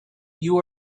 you